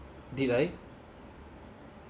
did I